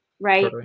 Right